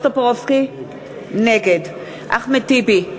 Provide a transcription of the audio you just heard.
נגד אחמד טיבי,